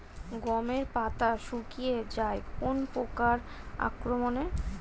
গমের পাতা শুকিয়ে যায় কোন পোকার আক্রমনে?